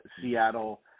Seattle